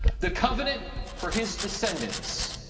the covenant for his descendents.